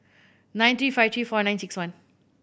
nine three five three four nine six one